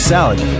Salad